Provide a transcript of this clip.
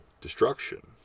destruction